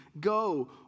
Go